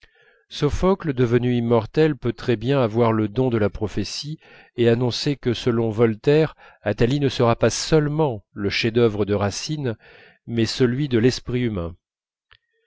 sophocle devenu immortel peut très bien avoir le don de la prophétie et annoncer que selon voltaire athalie ne sera pas seulement le chef-d'œuvre de racine mais celui de l'esprit humain